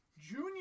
Junior